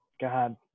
God